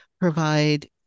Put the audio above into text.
provide